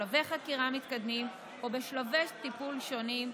בשלבי חקירה מתקדמים או בשלבי טיפול שונים.